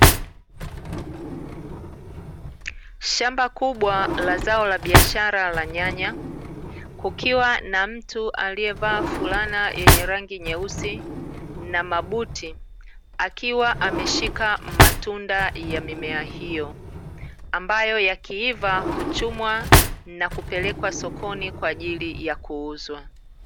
Shamba kubwa la zao la biashara la nyanya, kukiwa na mtu aliyevaa fulana yenye rangi nyeusi na mabuti, akiwa ameshika matunda ya mimea hiyo, ambayo yakiiva huchumwa na kupelekwa sokoni kwa ajili ya kuuzwa.